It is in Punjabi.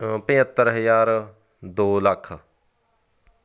ਪੰਝੱਤਰ ਹਜ਼ਾਰ ਦੋ ਲੱਖ